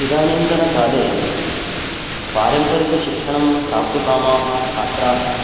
इदानीन्तनकाले पारम्परिकशिक्षणं प्राप्तुकामाः छात्राः